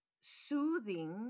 soothing